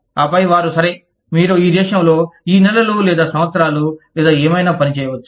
ఆపై వారు సరే మీరు ఈ దేశంలో ఈ నెలలు లేదా సంవత్సరాలు లేదా ఏమైనా పని చేయవచ్చు